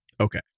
Okay